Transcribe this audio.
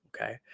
Okay